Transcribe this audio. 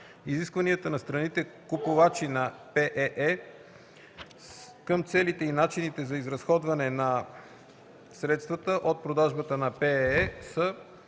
Изискванията на страните – купувачи на ПЕЕ, към целите и начините за изразходване на средствата от продажбата на ПЕЕ са